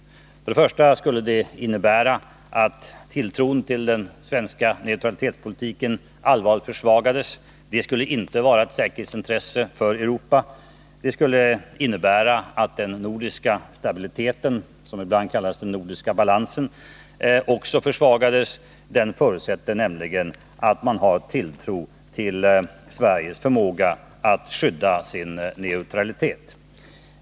Det skulle först och främst innebära att tilltron till den svenska neutralitetspolitiken allvarligt försvagades. Det skulle inte vara ett säkerhetsintresse för Europa. Det skulle innebära att den nordiska stabiliteten — som ibland kallas den nordiska balansen — också försvagades. Den förutsätter nämligen att man har tilltro till Sveriges förmåga att skydda sin neutralitet.